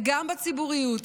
וגם בציבוריות,